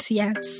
yes